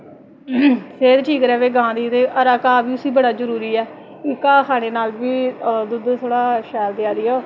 सेह्त ठीक र'वै गांऽ दी ते हरा घाऽ बी उसी बड़ा जरूरी ऐ घाऽ खाने नाल बी दुद्ध थोह्ड़ा शैल देआ दी ऐ